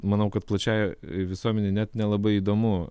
manau kad plačiai visuomenei net nelabai įdomu